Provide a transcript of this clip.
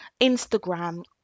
instagram